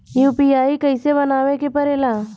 UPI कइसे बनावे के परेला?